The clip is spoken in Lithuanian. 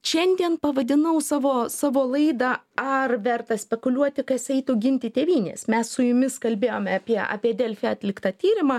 šiandien pavadinau savo savo laidą ar verta spekuliuoti kas eitų ginti tėvynės mes su jumis kalbėjome apie apie delfi atliktą tyrimą